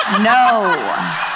No